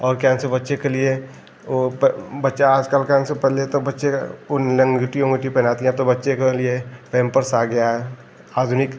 और से बच्चे के लिए वह बच्चा आजकल का आने से पहले तो बच्चे का लँगोटी उँगोटी पहनाती हैं तो बच्चे के लिए पैम्पर्स आ गया है आधुनिक